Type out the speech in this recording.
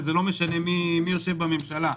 ולא משנה מי יושב בממשלה,